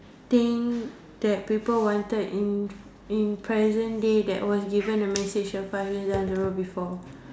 thing that people wanted in in present day that was given a message of five years down the road before